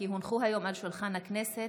כי הונחו היום על שולחן הכנסת,